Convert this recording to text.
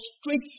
straight